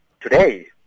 Today